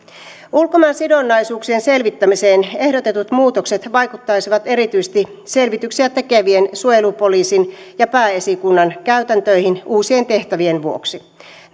ulkomaansidonnaisuuksien selvittämiseen ehdotetut muutokset vaikuttaisivat erityisesti selvityksiä tekevien suojelupoliisin ja pääesikunnan käytäntöihin uusien tehtävien vuoksi näille